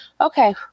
Okay